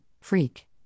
Freak